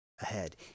ahead